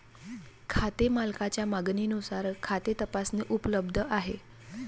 खाते मालकाच्या मागणीनुसार खाते तपासणी उपलब्ध आहे